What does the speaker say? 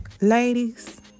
ladies